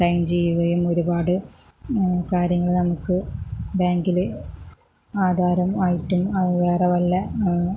sign ചെയ്യുകയും ഒരുപാട് കാര്യങ്ങള് നമുക്ക് ബാങ്കില് ആധാരം ആയിട്ടും വേറെ വല്ല